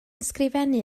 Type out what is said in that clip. ysgrifennu